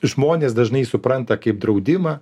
žmonės dažnai supranta kaip draudimą